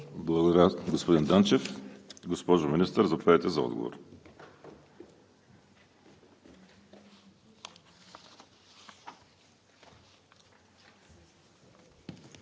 Благодаря, господин Данчев. Госпожо Министър, заповядайте за отговор.